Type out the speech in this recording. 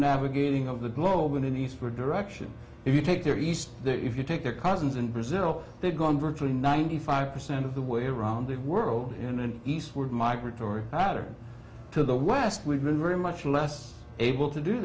navigating of the globe and east for direction if you take their east there if you take their cousins in brazil they've gone virtually ninety five percent of the way around the world in an eastward migratory pattern to the west we've been very much less able to do